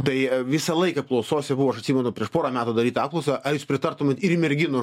tai visą laiką apklausose buvau aš atsimenu prieš porą metų darytą apklausą ar jūs pritartumėt ir merginų